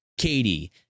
Katie